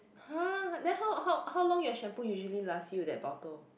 !huh! then how how how long your shampoo usually last you that bottle